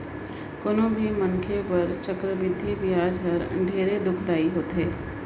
कोनो भी मनखे बर चक्रबृद्धि बियाज हर ढेरे दुखदाई होथे